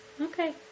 Okay